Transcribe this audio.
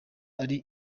ari